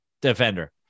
defender